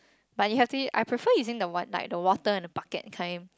but you have to I prefer using the what like the water and the bucket kind